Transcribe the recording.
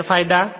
ગેરફાયદા